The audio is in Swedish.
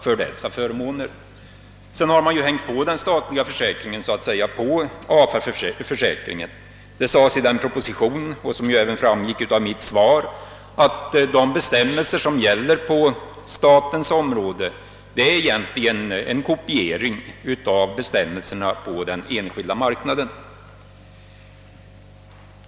Man har så att säga hängt den statliga försäkringen på AFA-försäkringen. Det sades i propositionen — det framgick även av mitt svar — att de bestämmelser som gäller på statens område egentligen är en kopiering av bestämmelserna på den enskilda marknaden.